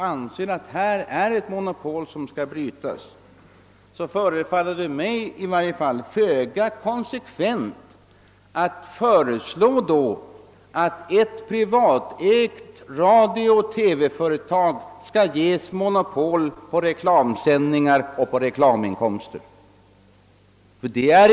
Anser man att man här har ett monopol som bör brytas, förefaller det i varje fall mig föga konsekvent att föreslå att åt ett privatägt radiooch TV-företag skall ges monopol på reklamsändningar och reklaminkomster.